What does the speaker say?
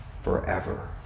forever